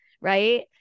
right